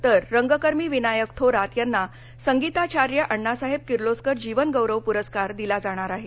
तर तबला वादक विनायक थोरात यांना संगीताचार्य अण्णासाहेब किर्लोस्कर जीवन गौरव पुरस्कार दिला जाणार आहे